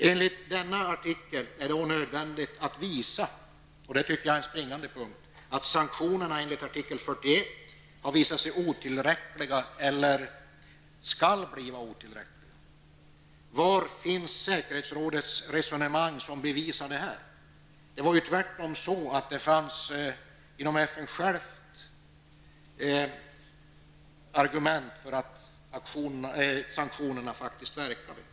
Enligt denna artikel är det nödvändigt att visa -- och det tycker jag är en springande punkt -- att sanktionerna enligt artikel 41 har visat sig otillräckliga, eller kommer att bli otillräckliga. Var finns säkerhetsrådets resonemang som bevisar detta? Det var ju tvärtom så, att det inom själva FN fanns argument för att sanktionerna faktiskt verkade.